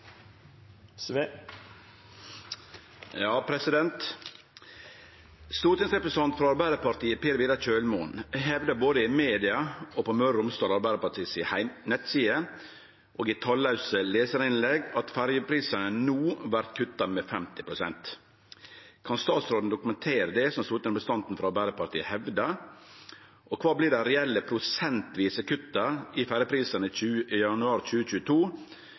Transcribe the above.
frå Arbeidarpartiet Per Vidar Kjølmoen har hevda både i media og på Møre og Romsdal Arbeidarparti si nettside og i tallause lesarinnlegg at ferjeprisane no vert kutta med 50 pst. Kan statsråden dokumentere det som stortingsrepresentanten frå Arbeidarpartiet hevdar, og kva blir dei reelle prosentvise kutta i ferjeprisane i januar 2022